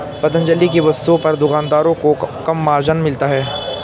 पतंजलि की वस्तुओं पर दुकानदारों को कम मार्जिन मिलता है